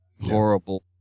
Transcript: horrible